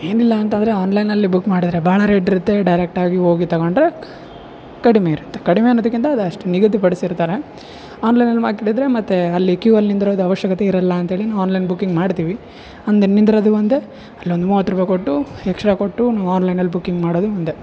ಏನಿಲ್ಲ ಅಂತಂದರೆ ಆನ್ಲೈನ್ನಲ್ಲಿ ಬುಕ್ ಮಾಡಿದರೆ ಭಾಳ ರೇಟ್ ಇರುತ್ತೆ ಡೈರೆಕ್ಟಾಗಿ ಹೋಗಿ ತಗೊಂಡರೆ ಕಡಿಮೆಯಿರುತ್ತೆ ಕಡಿಮೆ ಅನ್ನೋದಕ್ಕಿಂತ ಅದು ಅಷ್ಟಟು ನಿಗದಿ ಪಡಿಸಿರ್ತ್ತಾರೆ ಆನ್ಲೈನಲ್ಲೂ ಹಾಕದಿದ್ರೆ ಮತ್ತು ಅಲ್ಲಿ ಕ್ಯೂ ಅಲ್ಲಿ ನಿಂದಿರೋದು ಅವಶ್ಯಕತೆ ಇರೋಲ್ಲ ಅಂತೇಳಿ ನಾವು ಆನ್ಲೈನ್ ಬುಕ್ಕಿಂಗ್ ಮಾಡ್ತೀವಿ ಒಂದು ನಿಂದಿರೋದು ಒಂದು ಅಲ್ಲೊಂದು ಮೂವತ್ತು ರೂಪಾಯಿ ಕೊಟ್ಟು ಎಕ್ಸ್ಟ್ರಾ ಕೊಟ್ಟು ನಾವು ಆನ್ಲೈನಲ್ಲಿ ಬುಕ್ಕಿಂಗ್ ಮಾಡೋದು ಒಂದೇ